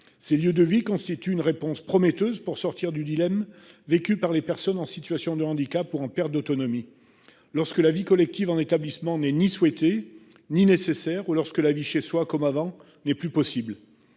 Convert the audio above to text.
Ces lieux de vie constituent une réponse prometteuse pour sortir du dilemme vécu par les personnes en situation de handicap ou en perte d'autonomie, lorsque la vie collective en établissement n'est ni souhaitée ni nécessaire et lorsque la vie chez soi, comme avant, n'est plus possible.